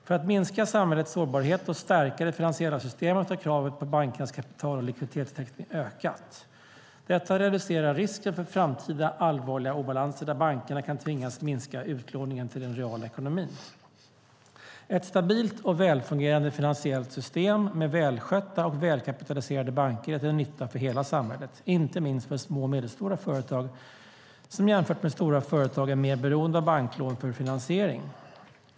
För att minska samhällets sårbarhet och stärka det finansiella systemet har kraven på bankernas kapital och likviditetstäckning ökat. Detta reducerar risken för framtida allvarliga obalanser där bankerna kan tvingas minska utlåningen till den reala ekonomin. Ett stabilt och välfungerande finansiellt system med välskötta och välkapitaliserade banker är till nytta för hela samhället, inte minst för små och medelstora företag som jämfört med stora företag är mer beroende av banklån för finansiering.